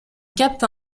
capte